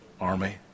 army